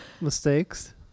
Mistakes